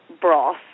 broth